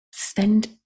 spend